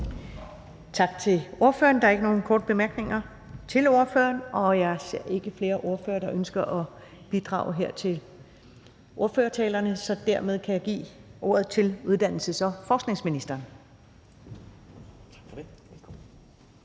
Tak til ordføreren. Der er ikke nogen korte bemærkninger til ordføreren, og jeg ser ikke flere ordførere, der ønsker at bidrage her til ordførertalerne. Så dermed kan jeg give ordet til uddannelses- og forskningsministeren.